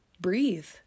Breathe